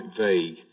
vague